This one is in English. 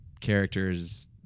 characters